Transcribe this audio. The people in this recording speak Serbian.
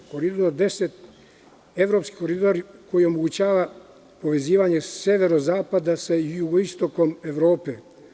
Koridor 10 je evropski koridor koji omogućava povezivanje severozapada sa jugoistokom Evrope.